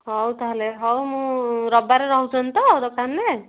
ହଉ ତାହେଲେ ହଉ ମୁଁ ରବିବାରରେ ରହୁଛନ୍ତି ତ ଦୋକାନରେ